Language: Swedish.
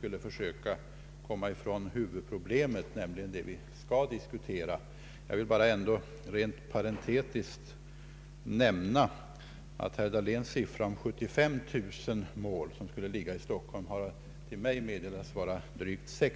vill försöka komma ifrån huvud problemet, som ju är det vi skall diskutera. Ändå vill jag rent parentetiskt nämna att antalet mål i Stockholm, som enligt herr Dahlén skulle uppgå till 75 000 i kvartalet, till mig har meddelats vara 60 000.